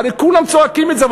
הרי כולם צועקים את זה,